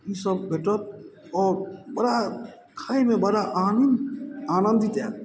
ई सब भेटत आओर बड़ा खाइमे बड़ा आनन्द आनन्दित ऐत